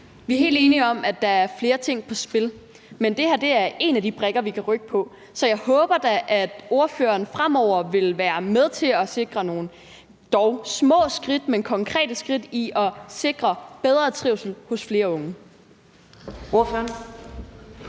Vi er helt enige om, at der er flere ting på spil. Men det her er en af de brikker, vi kan rykke på. Så jeg håber da, at ordføreren fremover vil være med til at sikre nogle små, men dog konkrete skridt mod at sikre bedre trivsel for flere unge. Kl.